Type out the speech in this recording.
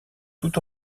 tout